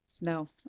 No